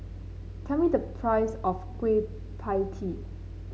tell me the price of Kueh Pie Tee